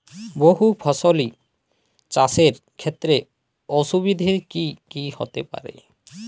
বহু ফসলী চাষ এর ক্ষেত্রে অসুবিধে কী কী হতে পারে?